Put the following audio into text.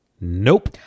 Nope